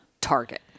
target